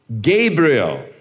Gabriel